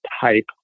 type